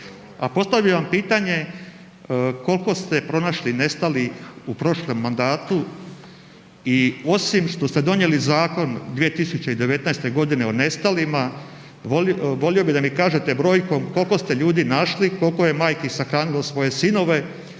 A postavio bi vam pitanje koliko ste pronašli nestalih u prošlom mandatu i osim što ste donijeli zakon 2019. godine o nestalima volio bih da mi kažete brojkom koliko ste ljudi našli, koliko je majki sahranilo svoje sinove